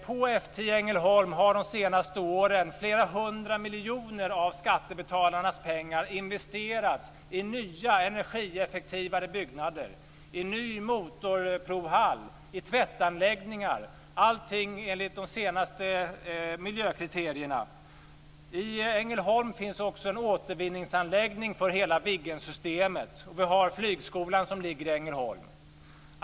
På F 10 Ängelholm har de senaste åren flera hundra miljoner av skattebetalarnas pengar investerats i nya energieffektivare byggnader, i ny motorprovhall, i tvättanläggningar - allt enligt de senaste miljökriterierna. I Ängelholm finns också en återvinningsanläggning för hela Viggensystemet. Även flygskolan ligger i Ängelholm.